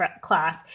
class